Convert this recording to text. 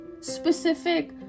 specific